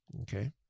Okay